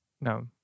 no